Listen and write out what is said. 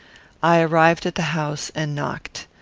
i arrived at the house and knocked.